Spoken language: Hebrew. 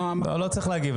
לא צריך להגיב.